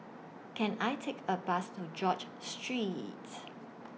Can I Take A Bus to George Street